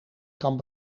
kan